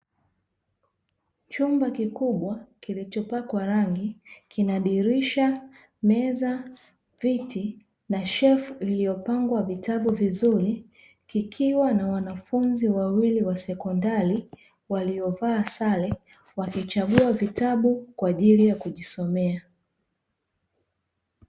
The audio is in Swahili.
Chumba kikubwa kilichopakwa rangi kina dirisha, meza, viti na shelfu iliyopangwa vitabu vizuri kikiwa na wanafunzi wawili wa sekondari waliovaa sare, wakichagua vitabu kwa ajili ya kujisomea.